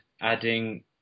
adding